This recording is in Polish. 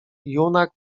junak